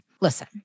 listen